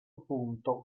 punto